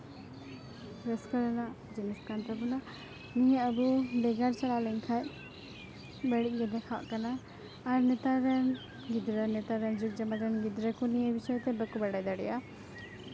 ᱨᱟᱹᱥᱠᱟᱹ ᱨᱮᱱᱟᱜ ᱡᱤᱱᱤᱥ ᱠᱟᱱ ᱛᱟᱵᱳᱱᱟ ᱱᱤᱭᱟᱹ ᱟᱵᱚ ᱵᱷᱮᱜᱟᱨ ᱪᱟᱞᱟᱣ ᱞᱮᱱᱠᱷᱟᱡ ᱵᱟᱹᱲᱤᱡ ᱜᱮ ᱫᱮᱠᱷᱟᱜ ᱠᱟᱱᱟ ᱟᱨ ᱱᱮᱛᱟᱨ ᱨᱮᱱ ᱜᱤᱫᱽᱨᱟᱹ ᱱᱮᱛᱟᱨ ᱨᱮᱱ ᱡᱩᱜᱽ ᱡᱟᱢᱟᱱᱟ ᱨᱮᱱ ᱜᱤᱫᱽᱨᱟᱹ ᱠᱚ ᱱᱤᱭᱮ ᱵᱤᱥᱚᱭ ᱛᱮ ᱵᱟᱠᱚ ᱵᱟᱲᱟᱭ ᱫᱟᱲᱮᱭᱟᱜᱼᱟ